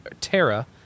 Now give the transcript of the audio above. Terra